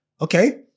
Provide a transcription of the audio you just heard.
okay